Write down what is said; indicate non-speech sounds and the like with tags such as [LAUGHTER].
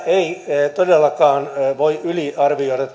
ei todellakaan voi yliarvioida [UNINTELLIGIBLE]